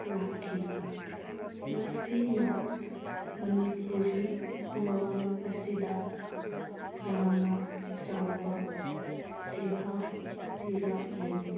ꯂꯥꯛꯈꯤ ꯃꯁꯤꯅ ꯃꯅꯤꯄꯨꯔꯤ ꯂꯣꯟ ꯑꯁꯤꯗ ꯌꯥꯝꯅ ꯆꯥꯎꯕ ꯁꯦꯕꯥ ꯄꯤꯔꯛꯂꯤ